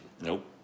Nope